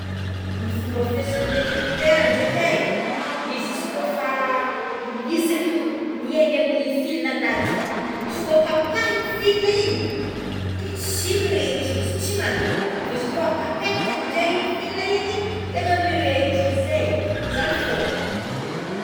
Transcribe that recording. Ny fomba fiasan'ny interiptera ndreky é izy ko fa izy zegny miaigna amign'ny fil anatigny izy koa tampahigny fil igny de tsy mirehitra izy tsy mandeha fa izy koa fa apetaka amign'izay igny fil igny tegna mirehitry izy zay é zagny fogna.